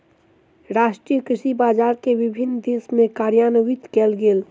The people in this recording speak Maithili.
राष्ट्रीय कृषि बजार के विभिन्न क्षेत्र में कार्यान्वित कयल गेल